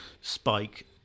spike